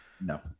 No